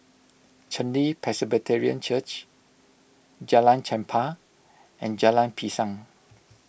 Chen Li Presbyterian Church Jalan Chempah and Jalan Pisang